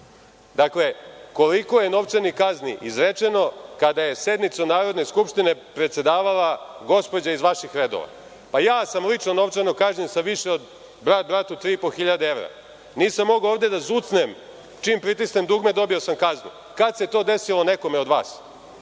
dakle koliko je novčanih kazni izrečeno kada je sednicom Narodne skupštine predsedavala gospođa iz vaših redova? Pa, ja sam lično novčano kažnjen sa više brat-bratu 3.500 evra. Nisam mogao ovde da zucnem, čim pritisnem dugme dobio sam kaznu. Kad se to desilo nekome od vas?